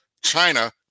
China